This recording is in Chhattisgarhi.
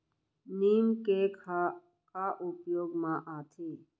नीम केक ह का उपयोग मा आथे?